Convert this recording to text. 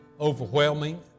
overwhelming